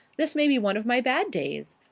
this may be one of my bad days.